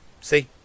see